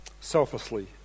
selflessly